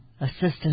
Assistant